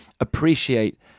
appreciate